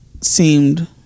seemed